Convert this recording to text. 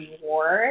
reward